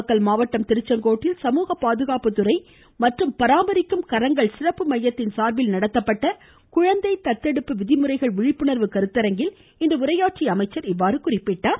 நாமக்கல் மாவட்டம் திருச்செங்கோட்டில் சமூக பாதுகாப்புத்துறை மற்றும் பராமரிக்கும் கரங்கள் சிறப்பு மையத்தின் சார்பில் நடத்தப்பட்ட குழந்தை தத்தெடுப்பு விதிமுறைகள் விழிப்புணர்வு கருத்தரங்கில் இன்று உரையாற்றிய அவர் இதனை தெரிவித்தார்